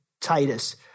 Titus